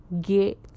get